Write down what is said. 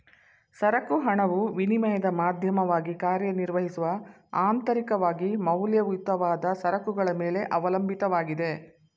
ಸರಕು ಹಣವು ವಿನಿಮಯದ ಮಾಧ್ಯಮವಾಗಿ ಕಾರ್ಯನಿರ್ವಹಿಸುವ ಅಂತರಿಕವಾಗಿ ಮೌಲ್ಯಯುತವಾದ ಸರಕುಗಳ ಮೇಲೆ ಅವಲಂಬಿತವಾಗಿದೆ